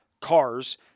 cars